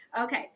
okay